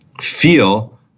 feel